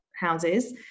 houses